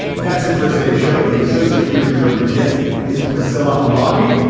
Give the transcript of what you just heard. that's it for today's show. the associate producer of the gist is priscilla, a lobby.